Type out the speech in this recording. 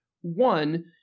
one